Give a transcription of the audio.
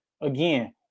Again